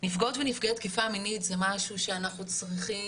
נפגעות ונפגעי תקיפה מינית זה משהו שאנחנו צריכים